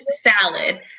salad